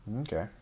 Okay